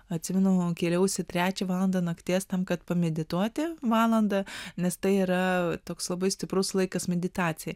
atsimenu kėliausi trečią valandą nakties tam kad pamedituoti valandą nes tai yra toks labai stiprus laikas meditacijai